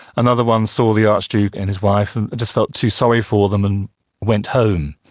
another one saw the archduke and his wife and just felt too sorry for them and went home.